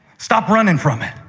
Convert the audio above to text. stop running from it.